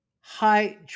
high